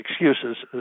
excuses